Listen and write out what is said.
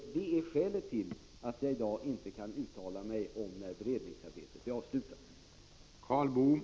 Det är skälet till att jag i dag inte kan uttala mig om när beredningsarbetet kommer att vara avslutat.